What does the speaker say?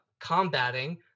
combating